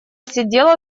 сидела